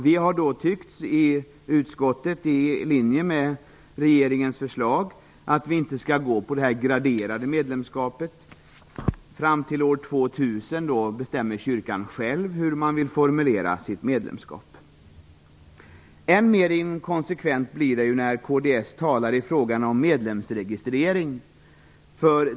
Vi har då i utskottet tyckt, i linje med regeringens förslag, att vi inte skall ha det graderade medlemskapet. Fram till år 2000 bestämmer kyrkan själv hur man vill formulera sitt medlemskap. Än mer inkonsekvent blir det när kds talar i frågan om medlemsregistrering.